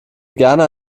gerne